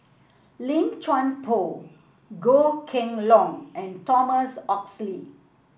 Lim Chuan Poh Goh Kheng Long and Thomas Oxley